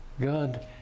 God